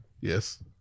Yes